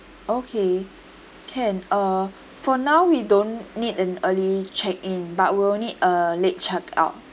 okay can uh for now we don't need an early check in but will need a late check out